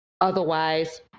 otherwise